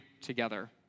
together